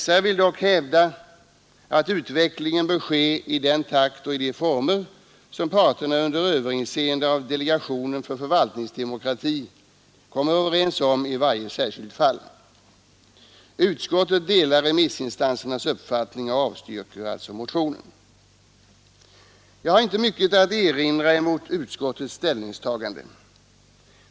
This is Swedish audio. SR vill dock hävda att utvecklingen bör ske i den takt och i de former som parterna under överinseende av delegationen för förvaltningsdemokrati kommer överens om i varje särskilt fall. Utskottet delar remissinstansernas uppfattning och avstyrker motionen. Jag har inte mycket att erinra mot utskottets ställningstagande.